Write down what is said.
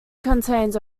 contains